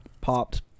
popped